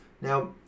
Now